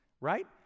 right